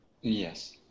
Yes